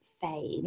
fame